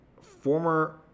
former